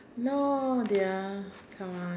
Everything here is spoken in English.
no dear come on